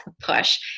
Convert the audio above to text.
push